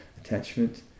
attachment